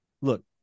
look